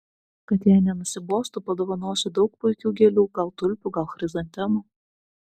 kad jai nenusibostų padovanosiu daug puikių gėlių gal tulpių gal chrizantemų